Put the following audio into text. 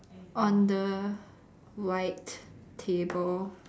on the white table